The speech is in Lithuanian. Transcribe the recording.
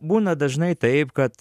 būna dažnai taip kad